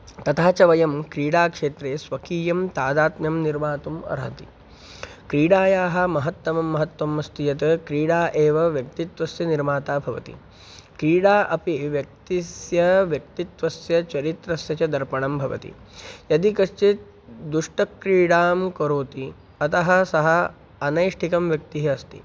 तथा च वयं क्रीडाक्षेत्रे स्वकीयं तादात्म्यं निर्मातुम् अर्हति क्रीडायाः महत्तमं महत्त्वम् अस्ति यत् क्रीडा एव व्यक्तित्वस्य निर्माता भवति क्रीडा अपि व्यक्तेः व्यक्तित्वस्य चरित्रस्य च दर्पणं भवति यदि कश्चित् दुष्टक्रीडां करोति अतः सः अनैष्ठिकं व्यक्तिः अस्ति